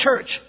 church